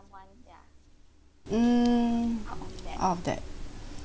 mm out of that